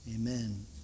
Amen